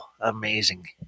Amazing